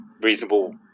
reasonable